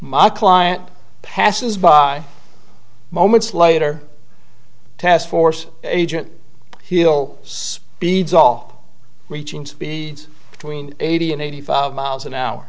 my client passes by moments later task force agent he'll see bede's all reaching speeds between eighty and eighty five miles an hour